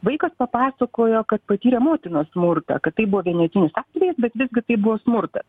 vaikas papasakojo kad patyrė motinos smurtą kad tai buvo vienetinis atvejis bet visgi tai buvo smurtas